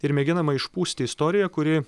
ir mėginama išpūsti istoriją kuri